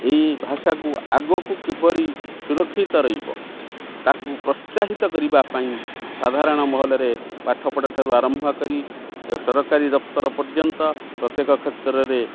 ଏଇ ଭାଷାକୁ ଆଗକୁ କିଭରି ସୁରକ୍ଷିତ ରହିବ ତାକୁ ପ୍ରୋତ୍ସାହିତ କରିବା ପାଇଁ ସାଧାରଣ ମହଲରେ ପାଠପଢ଼ାଠାରୁ ଆରମ୍ଭ କରି ସରକାରୀ ଦପ୍ତର୍ ପର୍ଯ୍ୟନ୍ତ ପ୍ରତ୍ୟେକ କ୍ଷେତ୍ରରେ